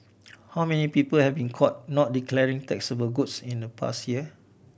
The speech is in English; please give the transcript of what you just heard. how many people have been caught not declaring taxable goods in the past year